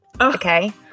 okay